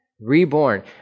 Reborn